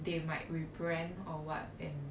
they might re-brand or what then